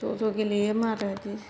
ज' ज' गेलेयोमोन आरो बेदि